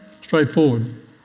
straightforward